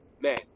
man